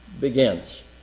begins